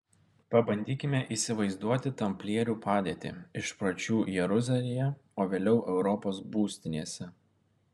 pabandykime įsivaizduoti tamplierių padėtį iš pradžių jeruzalėje o vėliau europos būstinėse